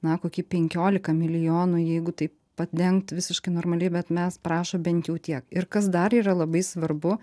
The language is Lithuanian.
na koki penkiolika milijonų jeigu taip padengt visiškai normaliai bet mes prašo bent jau tiek ir kas dar yra labai svarbu